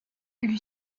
lui